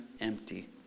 empty